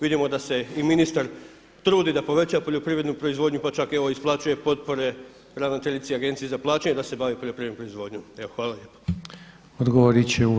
Vidimo da se i ministar trudi da poveća poljoprivrednu proizvodnju, pa čak evo isplaćuje potpore ravnateljici Agencije za plaćanje da se bavi poljoprivrednom proizvodnjom.